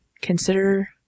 consider